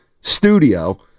studio